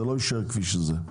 זה לא יישאר כפי שזה.